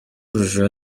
urujijo